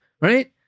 Right